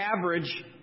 average